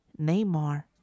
Neymar